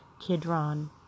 Kidron